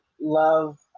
love